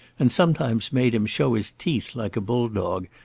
and sometimes made him show his teeth like a bull-dog,